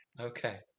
okay